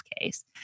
case